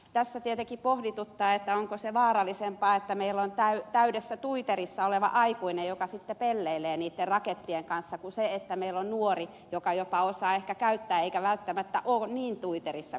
tässä tietenkin pohdituttaa onko se vaarallisempaa että meillä on täydessä tuiterissa oleva aikuinen joka sitten pelleilee niitten rakettien kanssa kuin se että meillä on nuori joka jopa osaa ehkä käyttää eikä välttämättä ole niin tuiterissa kuin se aikuinen